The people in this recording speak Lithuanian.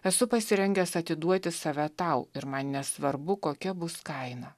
esu pasirengęs atiduoti save tau ir man nesvarbu kokia bus kaina